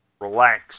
Relax